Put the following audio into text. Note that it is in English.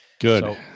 Good